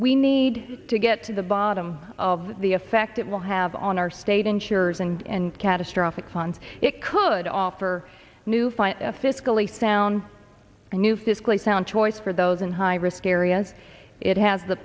we need to get to the bottom of the effect it will have on our state insurers and catastrophic plans it could offer new find a fiscally sound new fiscally sound choice for those in high risk areas it has the